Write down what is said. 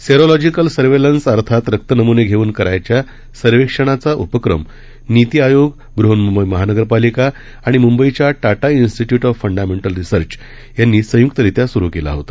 serological surveillance अर्थात रक्त नमूने घेऊन करायच्या सर्वेक्षणाचा उपक्रम नीती आयोग बहन्मुंबई महानगरपालिका आणि मुंबईच्या Tata institute of fundamental research यांनी संयुक्तरित्या सुरु केला होता